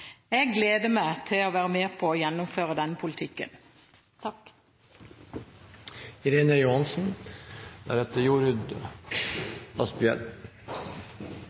Jeg gleder meg til å være med på å gjennomføre denne politikken.